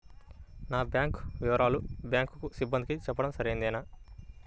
నా బ్యాంకు వివరాలను బ్యాంకు సిబ్బందికి చెప్పడం సరైందేనా?